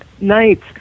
nights